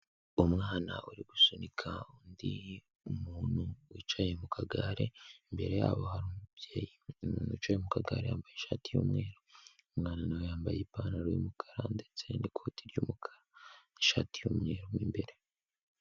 Umwana uri gusunika undi muntu wicaye mu kagare, imbere yabo hari umubyeyi wicaye mu kagare wambaye ishati y'umweru, umwana nawe yambaye ipantaro y'umukara ndetse n'ikoti ry'umukara, ishati y'umweru mo imbere.